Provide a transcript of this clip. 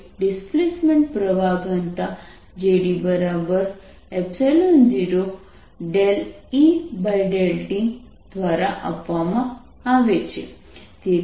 હવે ડિસ્પ્લેસમેન્ટ પ્રવાહ ઘનતા JD 0dEtdt દ્વારા આપવામાં આવે છે